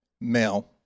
male